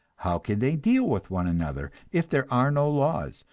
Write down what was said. how can they deal with one another, if there are no laws,